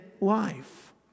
life